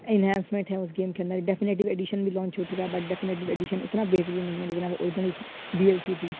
enhancement ہے اس game کے اندر ڈیفینٹو ایڈیشن بھی لانچ ہو چکا ہے بٹ ڈیفینٹو ایڈیشن اتنا بہترین نہیں ہے جتنا وہ اوریجنل ڈی ایل سی تھی